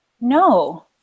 no